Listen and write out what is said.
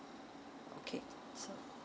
okay so